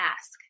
ask